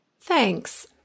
Thanks